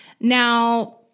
Now